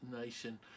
nation